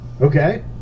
Okay